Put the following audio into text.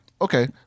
okay